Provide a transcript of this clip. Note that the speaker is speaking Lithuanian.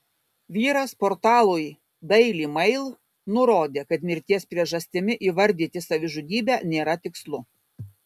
vyras portalui daily mail nurodė kad mirties priežastimi įvardyti savižudybę nėra tikslu